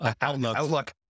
Outlook